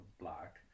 black